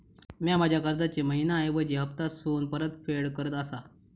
म्या माझ्या कर्जाची मैहिना ऐवजी हप्तासून परतफेड करत आसा